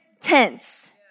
tense